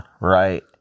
Right